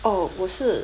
oh 我是